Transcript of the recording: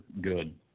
good